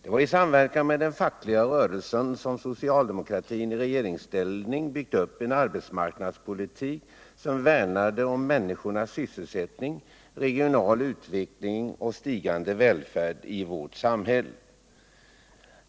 I samverkan med den fackliga rörelsen har socialdemokratin i regeringsställning byggt upp en arbetsmarknadspolitik som värnade om människornas sysselsättning, regional utveckling och stigande välfärd i vårt samhälle.